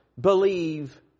believe